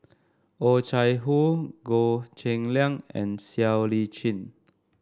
Oh Chai Hoo Goh Cheng Liang and Siow Lee Chin